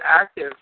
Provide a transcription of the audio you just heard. active